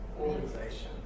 Organization